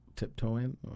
tiptoeing